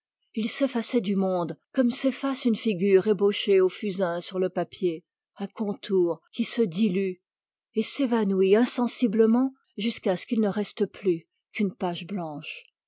il s'effaçait du monde comme s'efface une figure ébauchée au fusain sur le papier un contour s'évanouit insensiblement jusqu'à ce qu'il ne reste plus qu'une page blanche